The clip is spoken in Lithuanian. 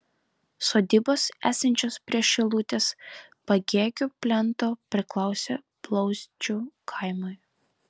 sodybos esančios prie šilutės pagėgių plento priklausė blauzdžių kaimui